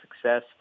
success